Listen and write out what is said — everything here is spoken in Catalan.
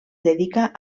dedica